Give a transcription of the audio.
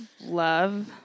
love